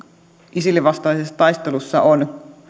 isilin vastaisessa taistelussa on